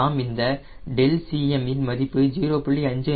நாம் இந்த ∆Cm இன் மதிப்பு 0